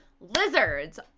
lizards